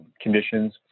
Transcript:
conditions